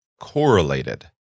correlated